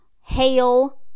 hail